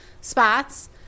spots